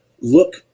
look